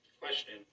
question